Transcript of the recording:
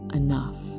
enough